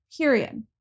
period